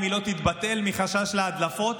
אם היא לא תתבטל מחשש להדלפות: